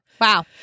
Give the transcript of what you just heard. Wow